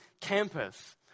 campus